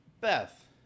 Beth